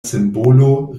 simbolo